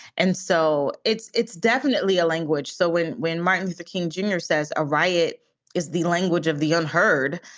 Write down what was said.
and so it's it's definitely a language. so when when martin luther king junior says a riot is the language of the unheard.